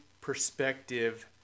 perspective